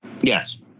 Yes